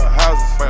houses